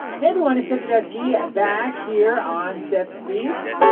hey, everyone its seth rudetsky, back here on seth speaks.